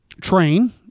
train